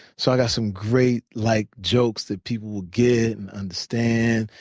so i've got some great like jokes that people will get and understand.